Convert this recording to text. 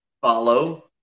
follow